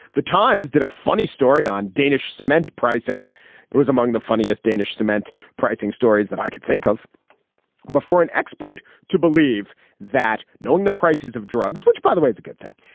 the times did a funny story on danish cement pricing it was among the funniest danish cement pricing stories that i could think of before an expert to believe that knowing the prices of drugs, which, by the way, is a good thing,